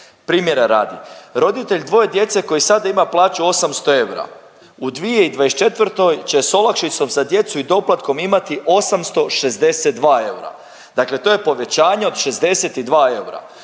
Primjera radi, roditelj dvoje djece koji sada ima plaću 800 eura u 2024. će s olakšicom za djecu i doplatkom imati 862 eura, dakle to je povećanje od 62 eura.